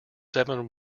seven